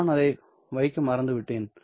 நான் அதை வைக்க மறந்துவிட்டேன்